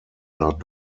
nach